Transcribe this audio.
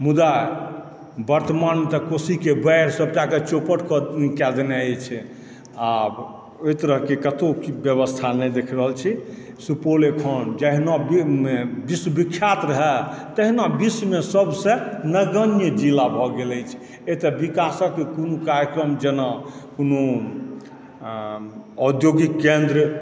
मुदा वर्तमान तक कोशीके बाढ़ि सबटाके चौपट कए देने अछि आओर ओहि तरहके कतौ किछु व्यवस्था नहि देखि रहल छी सुपौल एखन जहिना विश्वविख्यात रहै तहिना विश्वमे सबसँ नगण्य जिला भऽ गेल अछि एतऽ विकासके कोनो कार्यक्रम जेना कोनो औद्योगिक केन्द्र